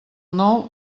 nou